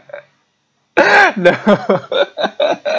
no